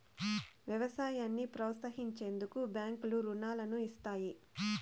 వ్యవసాయాన్ని ప్రోత్సహించేందుకు బ్యాంకులు రుణాలను ఇస్తాయి